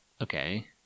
Okay